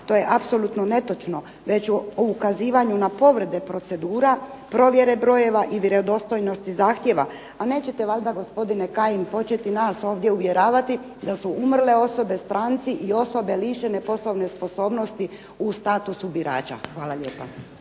To je apsolutno netočno već o ukazivanju na povrede procedura, provjere brojeva i vjerodostojnosti zahtjeva. A nećete valjda gospodine Kajin početi nas ovdje uvjeravati da su umrle osobe stranci i osobe lišene poslovne sposobnosti u statusu birača. Hvala lijepa.